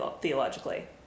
theologically